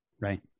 right